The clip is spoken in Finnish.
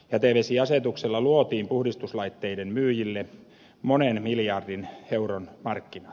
jätevesiasetuksella luotiin puhdistuslaitteiden myyjille monen miljardin euron markkinat